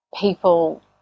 people